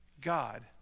God